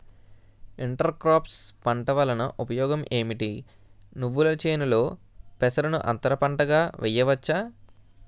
Inter crops పంట వలన ఉపయోగం ఏమిటి? నువ్వుల చేనులో పెసరను అంతర పంటగా వేయవచ్చా?